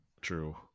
True